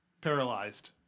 paralyzed